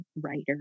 writer